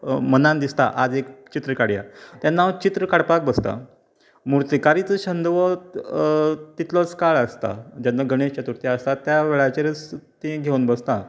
मनांत दिसता आज एक चित्र काडया तेन्ना हांव चित्र काडपाक बसता मुर्तीकारीचो छंद हो तितलोच काळ आसता जेन्ना गणेश चथुर्ती आसता त्या वेळाचेरच तीं घेवन बसता